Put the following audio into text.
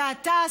ואתה,